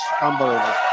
unbelievable